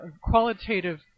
qualitative